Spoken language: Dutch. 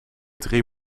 drie